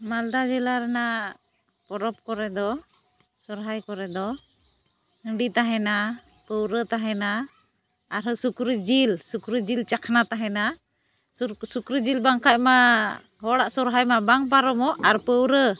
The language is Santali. ᱢᱟᱞᱫᱟ ᱡᱮᱞᱟ ᱨᱮᱱᱟᱜ ᱯᱚᱨᱚᱵᱽ ᱠᱚᱨᱮᱫᱚ ᱥᱚᱨᱦᱟᱭ ᱠᱚᱨᱮᱫᱚ ᱦᱟᱺᱰᱤ ᱛᱟᱦᱮᱱᱟ ᱯᱟᱹᱣᱨᱟᱹ ᱛᱟᱦᱮᱱᱟ ᱟᱨᱦᱚᱸ ᱥᱩᱠᱨᱤ ᱡᱤᱞ ᱥᱩᱠᱨᱤ ᱡᱤᱞ ᱪᱟᱠᱷᱱᱟ ᱛᱟᱦᱮᱱᱟ ᱥᱩᱠᱨᱤ ᱡᱤᱞ ᱵᱟᱝᱠᱷᱟᱡ ᱢᱟ ᱦᱚᱲᱟᱜ ᱥᱚᱨᱦᱟᱭᱢᱟ ᱵᱟᱝ ᱯᱟᱨᱚᱢᱚᱜ ᱟᱨ ᱯᱟᱹᱣᱨᱟᱹ